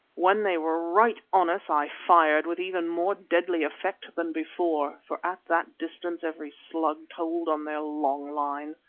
when they were right on us, i fired, with even more deadly effect than before, for at that distance every slug told on their long line.